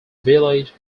village